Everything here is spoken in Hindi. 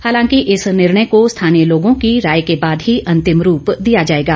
हालांकि इस निर्णय को स्थानीय लोगों की राय के बाद ही अंतिम रूप दिया जाएगा